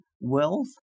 wealth